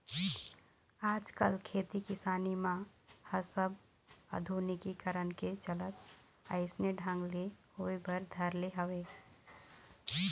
आजकल खेती किसानी मन ह सब आधुनिकीकरन के चलत अइसने ढंग ले होय बर धर ले हवय